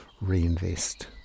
reinvest